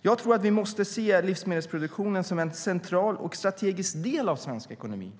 Jag tror att vi måste se livsmedelsproduktionen som en central och strategisk del av svensk ekonomi.